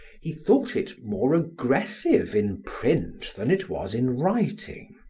he thought it more aggressive in print than it was in writing.